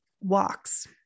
Walks